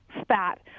spat